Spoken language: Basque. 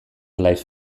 lives